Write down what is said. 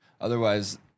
Otherwise